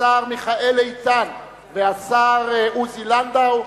השר מיכאל איתן והשר עוזי לנדאו,